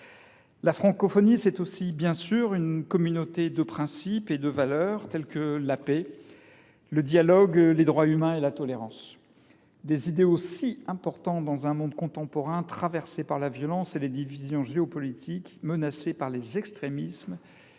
La francophonie, c’est aussi, bien sûr, une communauté de principes, de valeurs telles que la paix, le dialogue, les droits humains et la tolérance, autant d’idéaux importants dans un monde contemporain traversé par la violence et les divisions géopolitiques, menacé par les extrémismes